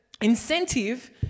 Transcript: incentive